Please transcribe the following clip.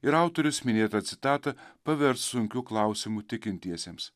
ir autorius minėtą citatą pavers sunkiu klausimu tikintiesiems